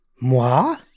Moi